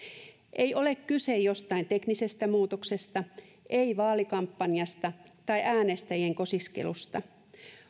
ei ole kyse jostain teknisestä muutoksesta ei vaalikampanjasta tai äänestäjien kosiskelusta